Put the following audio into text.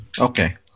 Okay